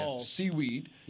seaweed